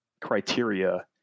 criteria